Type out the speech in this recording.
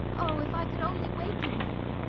oh, if i could only waken you!